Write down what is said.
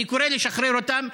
אני קורא לשחרר אותם,